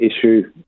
issue